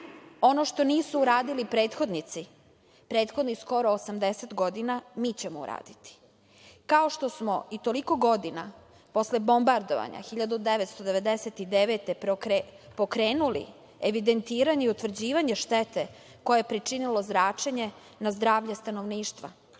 Ono što nisu uradili prethodnici prethodnih skoro 80 godina mi ćemo uraditi, kao što smo i toliko godina posle bombardovanja 1999. godine pokrenuli evidentiranje i utvrđivanje štete koje je pričinilo zračenje na zdravlje stanovništva.